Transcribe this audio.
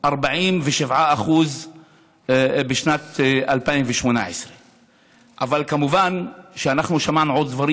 47% בשנת 2018. אבל כמובן שאנחנו שמענו עוד דברים,